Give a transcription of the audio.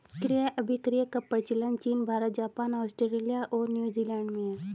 क्रय अभिक्रय का प्रचलन चीन भारत, जापान, आस्ट्रेलिया और न्यूजीलैंड में है